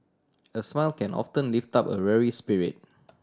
a smile can often lift up a weary spirit